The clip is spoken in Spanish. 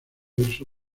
verso